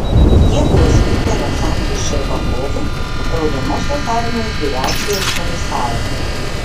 jie buvo skirti aleksandrui ščerbakovui raudonosios armijos vyriausiajam komisarui